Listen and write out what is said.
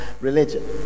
religion